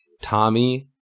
Tommy